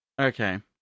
okay